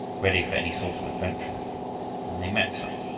ready for any sort of adventure and they met some.